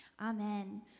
Amen